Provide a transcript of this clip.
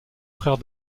frère